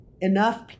enough